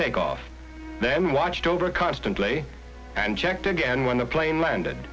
takeoff then watched over constantly and checked again when the plane landed